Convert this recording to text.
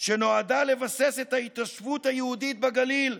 שנועדה לבסס את ההתיישבות היהודית בגליל.